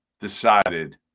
decided